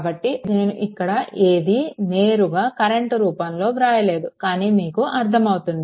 కాబట్టి నేను ఇక్కడ ఏది నేరుగా కరెంట్ రూపంలో వ్రాయలేదు కానీ మీకు అర్థం అవుతుంది